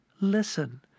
Listen